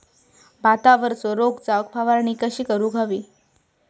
भातावरचो रोग जाऊक फवारणी कशी करूक हवी?